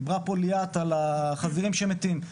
דיברה פה ליאת על החזירים שמתים,